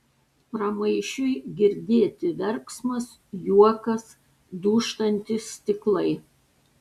pramaišiui girdėti verksmas juokas dūžtantys stiklai